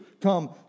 come